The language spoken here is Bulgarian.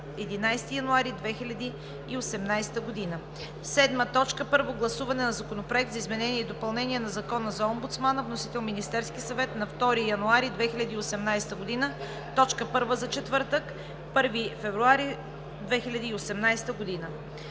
11 януари 2018 г. 7. Първо гласуване на Законопроекта за изменение и допълнение на Закона за омбудсмана. Вносител – Министерският съвет, 2 януари 2018 г. – точка първа за четвъртък, 1 февруари 2018 г.